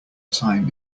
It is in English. time